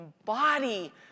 embody